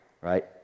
Right